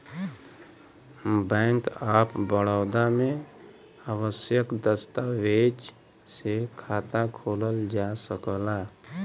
bank of Baroda में आवश्यक दस्तावेज से खाता खोलल जा सकला